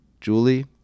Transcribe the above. Julie